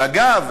אגב,